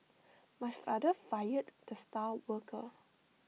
my father fired the star worker